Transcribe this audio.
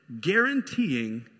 guaranteeing